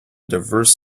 diverse